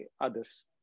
others